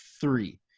three